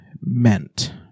meant